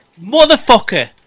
motherfucker